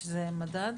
שזה מדד,